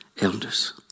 elders